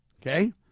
okay